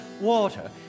water